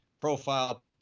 profile